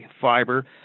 fiber